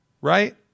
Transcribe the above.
right